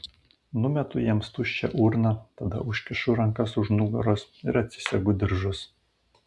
numetu jiems tuščią urną tada užkišu rankas už nugaros ir atsisegu diržus